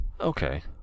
Okay